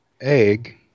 egg